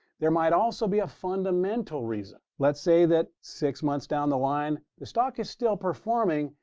there might also be a fundamental reason. let's say that six months down the line, the stock is still performing,